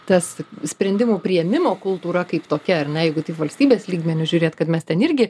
tas sprendimų priėmimo kultūra kaip tokia ar ne jeigu taip valstybės lygmeniu žiūrėt kad mes ten irgi